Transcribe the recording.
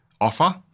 offer